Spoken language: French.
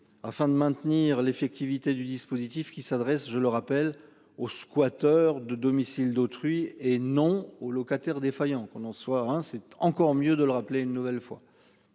afin de maintenir l'effectivité du dispositif qui s'adresse, je le rappelle aux squatteurs de domicile d'autrui et non aux locataires défaillants, qu'on en soit hein, c'est encore mieux de le rappeler une nouvelle fois.